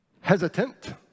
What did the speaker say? hesitant